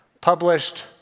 published